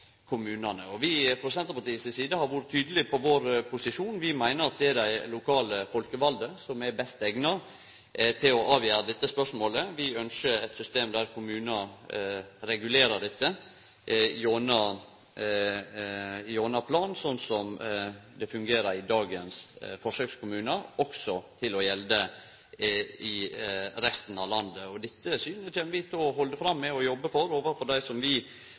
kommunane. Vi frå Senterpartiet si side har vore tydelege på vår posisjon. Vi meiner det er dei lokalt folkevalde som er best eigna til å avgjere dette spørsmålet. Vi ynskjer at eit system der kommunar regulerer dette gjennom planverk, slik det fungerer i dagens forsøkskommunar, også skal gjelde i resten av landet. Dette synet kjem vi til å halde fram med å jobbe for overfor dei som vi